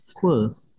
cool